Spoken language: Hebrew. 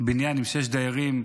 בניין עם שישה דיירים,